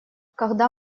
когда